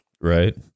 right